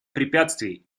препятствий